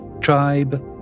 tribe